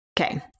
Okay